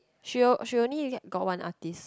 she o~ she only get got one artist